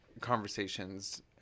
conversations